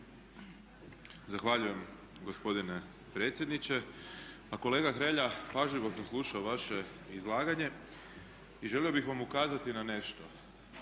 Zahvaljujem gospodine predsjedniče. Pa kolega Hrelja pažljivo sam slušao vaše izlaganje i želio bih vam ukazati na nešto,